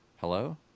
Hello